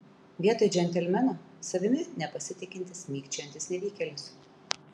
vietoj džentelmeno savimi nepasitikintis mikčiojantis nevykėlis